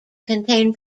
contain